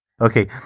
Okay